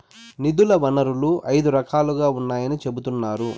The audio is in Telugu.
నిధుల వనరులు ఐదు రకాలుగా ఉన్నాయని చెబుతున్నారు